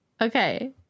Okay